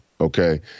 okay